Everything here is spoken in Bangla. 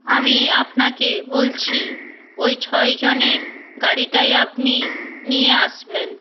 আমি আপনাকে বলছি ওই ছয়জনের গাড়িটাই আপনি নিয়ে আসবেন